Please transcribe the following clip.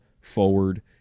forward